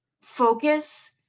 focus